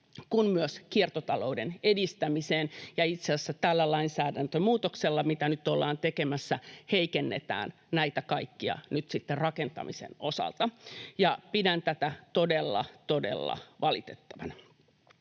kuin myös kiertotalouden edistämiseen, ja itse asiassa tällä lainsäädäntömuutoksella, mitä nyt ollaan tekemässä, heikennetään näitä kaikkia nyt sitten rakentamisen osalta, ja pidän tätä todella todella valitettavana.